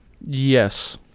Yes